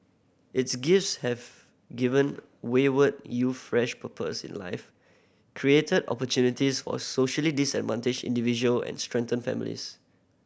its gifts have given wayward youth fresh purpose in life created opportunities for socially disadvantaged individual and strengthened families